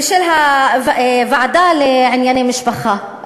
ושל הוועדה לענייני משפחה,